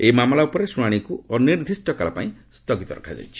ଏହି ମାମଲା ଉପରେ ଶୁଣାଶିକୁ ଅନିର୍ଦ୍ଦିଷ୍ଟକାଳ ପାଇଁ ସ୍ଥଗିତ ରଖାଯାଇଛି